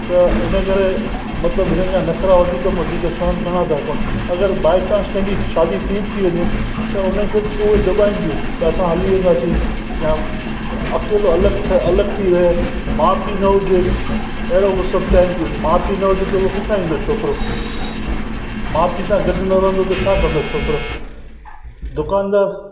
त इनकरे मतलबु इन्हनि जा नख़िरा वधीक में वधीक सहन करिणा था पवनि अगरि बाए चांस कंहिंजी शादी थी थी वञे त हुनखे त उहे दबाइनि थियूं भई असां हली वेंदासीं या अकेलो अलॻि अलॻि थी रहे माउ पीउ न हुजे अहिड़ो उहो सभु चइनि थियूं माउ पीउ त हुजे उहो किथां ईंदो छोकिरो माउ पीउ सां गॾु न रहंदो त छा कंदो छोकिरो दुकानदार